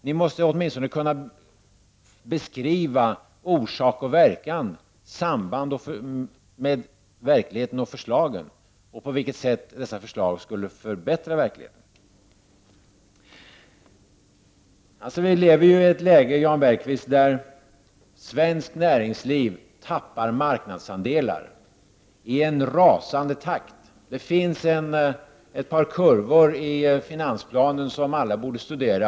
Ni måste åtminstone kunna beskriva orsak och verkan, sambandet mellan verkligheten och förslaget, och på vilket sätt dessa förslag skall kunna förbättra verkligheten. Vi har nu en situation där svenskt näringsliv tappar marknadsandelar i en rasande takt. Det finns ett par kurvor i finansplanen som alla borde studera.